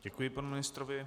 Děkuji panu ministrovi.